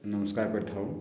ନମସ୍କାର କରିଥାଉ